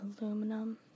Aluminum